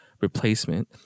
replacement